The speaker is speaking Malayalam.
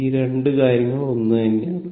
ഈ 2 കാര്യങ്ങൾ ഒന്നുതന്നെയാണ്